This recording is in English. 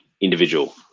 individual